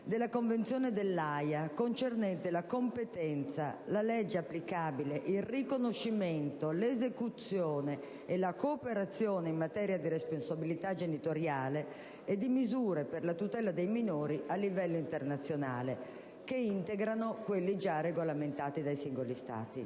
della Convenzione dell'Aja concernente la competenza, la legge applicabile, il riconoscimento, l'esecuzione e la cooperazione in materia di responsabilità genitoriale e di misure per la tutela dei minori a livello internazionale, che integrano quelli già regolamentati dai singoli Stati.